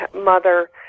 mother